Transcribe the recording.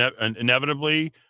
Inevitably